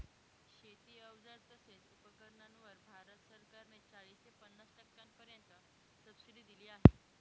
शेती अवजार तसेच उपकरणांवर भारत सरकार ने चाळीस ते पन्नास टक्क्यांपर्यंत सबसिडी दिली आहे